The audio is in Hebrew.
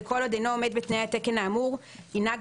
וכל עוד אינו עומד בתנאי התקן האמור ינהג